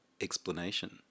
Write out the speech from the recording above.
explanation